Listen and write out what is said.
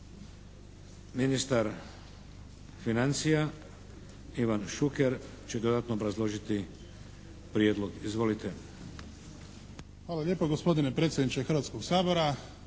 Ministar financija Ivan Šuker će dodatno obrazložiti prijedlog. Izvolite. **Šuker, Ivan (HDZ)** Hvala lijepo gospodine predsjedniče Hrvatskog sabora,